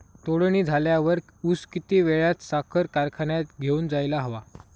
तोडणी झाल्यावर ऊस किती वेळात साखर कारखान्यात घेऊन जायला हवा?